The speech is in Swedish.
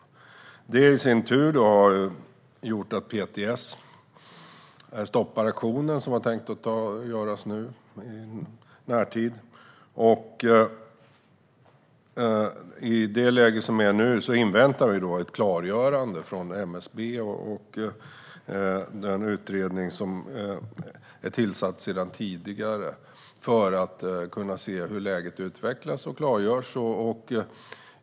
Detta i sin tur har gjort att PTS stoppar den auktion som var tänkt att ske i närtid. I detta läge inväntar vi ett klargörande från MSB och den utredning som är tillsatt sedan tidigare för att kunna se hur läget utvecklas och klargörs.